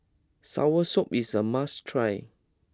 Soursop is a must try